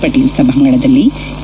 ಪಟೇಲ್ ಸಭಾಂಗಣದಲ್ಲಿನ ಕೆ